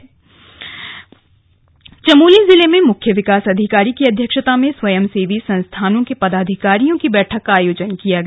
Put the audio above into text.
आपदा प्रबन्धन प्रशिक्षण चमोली ज़िले में मुख्य विकास अधिकारी की अध्यक्षता में स्वयं सेवी संस्थानों के पदाधिकारियों की बैठक का आयोजन किया गया